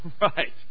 Right